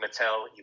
Mattel